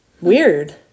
weird